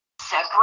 separate